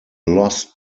lost